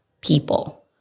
people